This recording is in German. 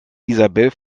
isabel